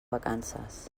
vacances